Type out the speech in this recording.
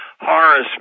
Horace